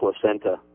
Placenta